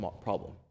problem